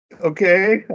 Okay